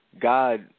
God